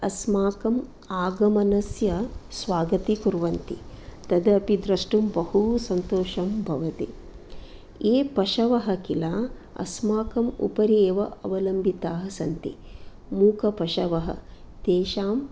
अस्माकम् आगमनस्य स्वागतीकुर्वन्ति तदपि द्रष्टुं बहू सन्तोषं भवति ये पशवः खिल अस्माकम् उपरि एव अवलम्बिताः सन्ति मूखपशवः तेषाम्